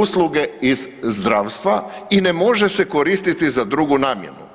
usluge iz zdravstva i ne može se koristiti za drugu namjenu.